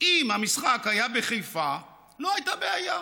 אם המשחק היה בחיפה, לא הייתה בעיה.